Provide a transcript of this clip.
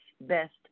best